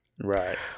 right